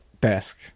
desk